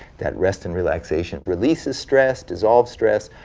that rest and relaxation releases stress, dissolves stress,